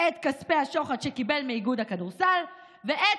את כספי השוחד שקיבל מאיגוד הכדורסל ואת